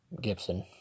Gibson